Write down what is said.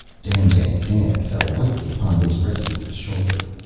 dandtan's hand fell lightly upon his rescuer's shoulder.